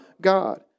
God